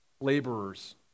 laborers